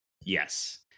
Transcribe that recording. Yes